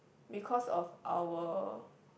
because of our